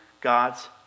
God's